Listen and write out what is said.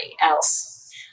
else